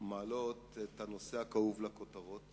מעלות את הנושא הכאוב לכותרות